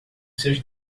seus